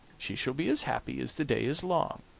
she shall be as happy as the day is long,